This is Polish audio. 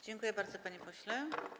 Dziękuję bardzo, panie pośle.